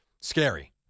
Scary